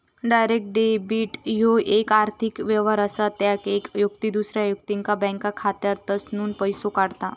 direct debit ह्यो येक आर्थिक व्यवहार असा ज्यात येक व्यक्ती दुसऱ्या व्यक्तीच्या बँक खात्यातसूनन पैसो काढता